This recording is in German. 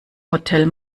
hotel